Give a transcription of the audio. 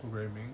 programming